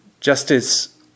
justice